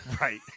right